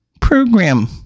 program